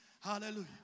Hallelujah